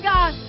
God